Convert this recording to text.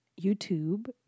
YouTube